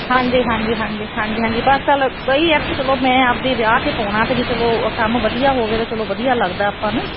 ਹਾਂਜੀ ਹਾਂਜੀ ਹਾਂਜੀ ਹਾਂਜੀ ਹਾਂਜੀ ਬਸ ਚਲ ਆ ਈ ਹੈ ਵੀ ਚਲੋ ਮੈਂ ਆਪਣੇ ਵਿਆਹ 'ਤੇ ਪਾਉਣਾ ਤਾਂ ਵੀ ਚਲੋ ਕੰਮ ਵਧੀਆ ਹੋਵੇ ਤਾਂ ਚਲੋ ਵਧੀਆ ਲੱਗਦਾ ਆਪਾਂ ਨੂੰ